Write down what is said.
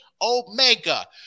Omega